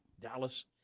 Dallas